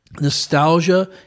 nostalgia